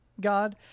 God